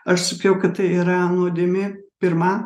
aš sakiau kad tai yra nuodėmė pirma